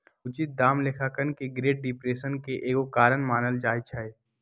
उचित दाम लेखांकन के ग्रेट डिप्रेशन के एगो कारण मानल जाइ छइ